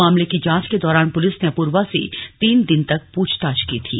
मामले की जांच के दौरान पुलिस ने अपूर्वा से तीन दिन तक पूछताछ की थी